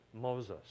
Moses